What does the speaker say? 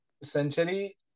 essentially